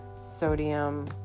Sodium